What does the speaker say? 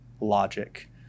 logic